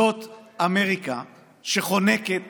זאת אמריקה שחונקת